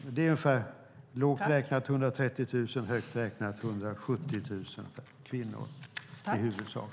Det handlar om ungefär, lågt räknat, 130 000 och högt räknat 170 000 kvinnor i huvudsak.